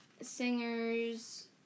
singers